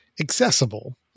accessible